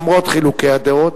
למרות חילוקי הדעות,